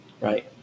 right